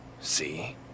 See